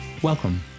Welcome